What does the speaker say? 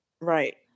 Right